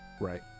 right